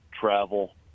travel